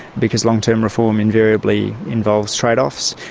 because long-term reform invariably involves trade-offs.